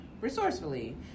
resourcefully